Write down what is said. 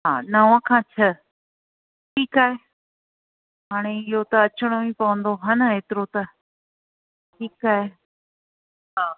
हा नव खां छह ठीकु आहे हाणे इहो त अचिणो ई पवंदो हा न हेतिरो त ठीकु आहे हा